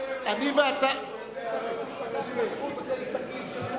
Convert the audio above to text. הוא רוצה את הזכות הזאת לתכלית של יהודי,